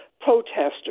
protesters